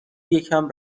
یکم